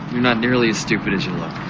you're not nearly as stupid as you look.